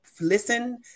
listen